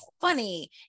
funny